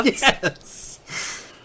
Yes